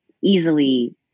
easily